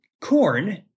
corn